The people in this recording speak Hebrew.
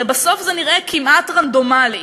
הרי בסוף זה נראה כמעט רנדומלי.